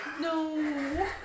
No